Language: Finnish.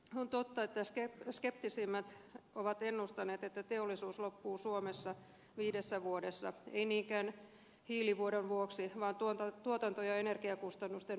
on totta että skeptisimmät ovat ennustaneet että teollisuus loppuu suomessa viidessä vuodessa ei niinkään hiilivuodon vuoksi vaan tuotanto ja energiakustannusten vuoksi